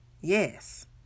Yes